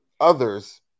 others